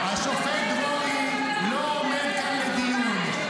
השופט דרורי לא עומד כאן לדיון.